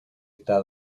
está